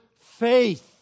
faith